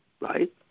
right